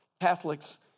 Catholics